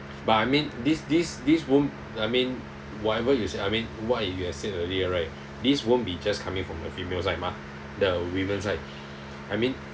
but I mean this this this won't I mean whatever you said I mean what you have said earlier right this won't be just coming from a female side mah the women side I mean